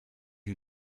you